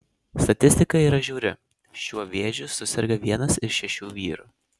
statistika yra žiauri šiuo vėžiu suserga vienas iš šešių vyrų